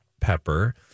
pepper